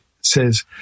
says